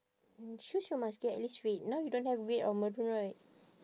mm shoes you must get at least red now you don't have red or maroon right